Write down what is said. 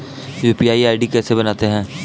UPI ID कैसे बनाते हैं?